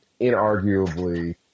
inarguably